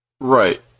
Right